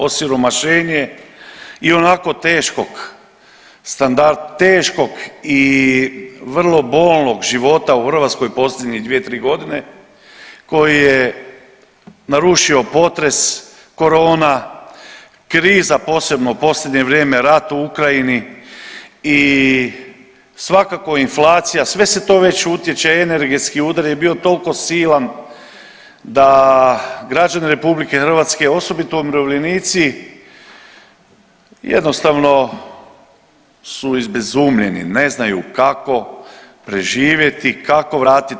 Osiromašenje ionako teškog i vrlo bolnog života u Hrvatskoj posljednjih 2-3 godine koji je narušio potres, korona, kriza posebno u posljednje vrijeme rat u Ukrajini i svakako inflacija i sve se to već utječe, energetski udar je bio toliko silan da građani RH osobito umirovljenici jednostavno su izbezumljeni, ne znaju kako preživjeti, kako vratiti.